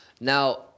Now